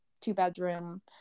two-bedroom